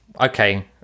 okay